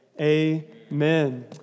amen